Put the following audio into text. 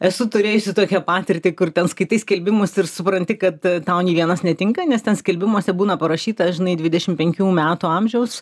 esu turėjusi tokią patirtį kur ten skaitai skelbimus ir supranti kad tau nė vienas netinka nes ten skelbimuose būna parašyta žinai dvidešimt penkių metų amžiaus